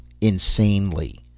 Insanely